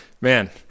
Man